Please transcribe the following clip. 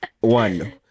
One